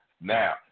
Now